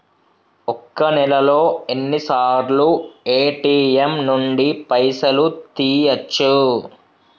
ఒక్క నెలలో ఎన్నిసార్లు ఏ.టి.ఎమ్ నుండి పైసలు తీయచ్చు?